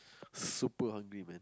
super hungry man